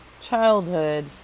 childhood